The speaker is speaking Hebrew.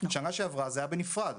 בשנה שעברה זה היה בנפרד.